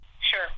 Sure